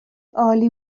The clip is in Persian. عالی